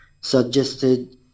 suggested